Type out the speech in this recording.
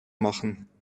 machen